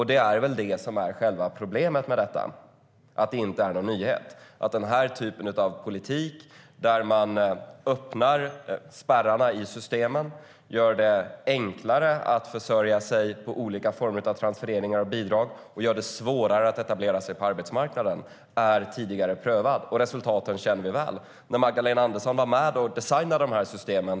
Det är väl det som är själva problemet, att det inte är någon nyhet. Den här typen av politik, där man öppnar spärrarna i systemen och gör det enklare att försörja sig på olika former av transfereringar och bidrag och svårare att etablera sig på arbetsmarknaden, har prövats tidigare. Och resultaten känner vi väl till. Det var den här typen av åtgärder som användes när Magdalena Andersson var med och designade systemen.